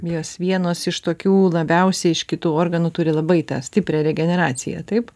jos vienos iš tokių labiausiai iš kitų organų turi labai stiprią regeneraciją taip